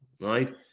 right